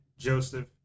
Joseph